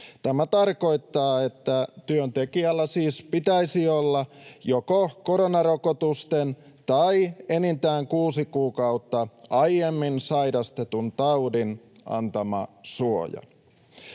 Tämä tarkoittaa, että työntekijällä siis pitäisi olla joko koronarokotusten tai enintään kuusi kuukautta aiemmin sairastetun taudin antama suoja.